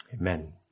Amen